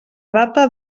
data